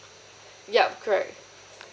yup correct